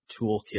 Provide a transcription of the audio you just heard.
toolkit